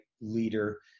leader